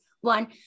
one